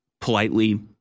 politely